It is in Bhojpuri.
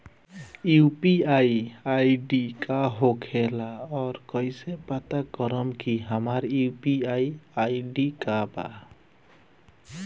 यू.पी.आई आई.डी का होखेला और कईसे पता करम की हमार यू.पी.आई आई.डी का बा?